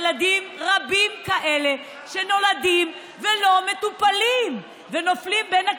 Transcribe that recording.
יש ילדים רבים כאלה שנולדים ולא מטופלים ונופלים בין הכיסאות.